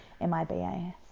m-i-b-a